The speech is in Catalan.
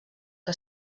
que